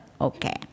Okay